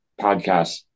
podcast